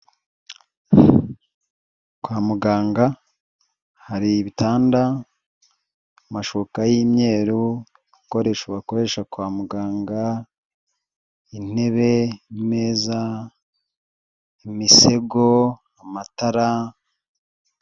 Kwa muganga hari ibitanda, amashuka y'imyeru, bikoresho bakoresha kwa muganga intebe, imeza, imisego, amatara...